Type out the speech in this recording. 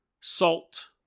Salt